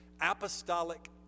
apostolic